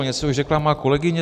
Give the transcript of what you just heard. Něco už řekla má kolegyně.